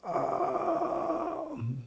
err um